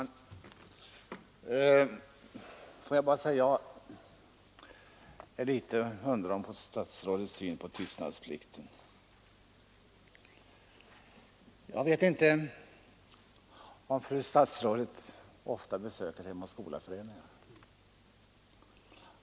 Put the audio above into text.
Herr talman! Jag ställer mig litet undrande till statsrådets syn på tystnadsplikten. Jag vet inte om fru statsrådet ofta besöker Hem och skola-föreningarna.